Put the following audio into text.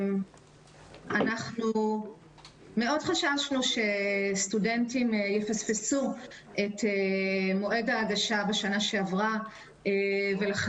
מאוד חששנו בשנה שעברה שסטודנטים יפספסו את מועד ההגשה לכן,